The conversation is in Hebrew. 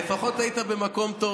לפחות היית במקום טוב